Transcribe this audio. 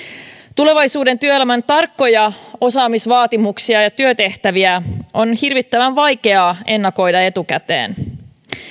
tulevaisuuden työelämän tarkkoja osaamisvaatimuksia ja työtehtäviä on hirvittävän vaikeaa ennakoida etukäteen